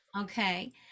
okay